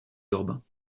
urbain